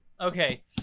Okay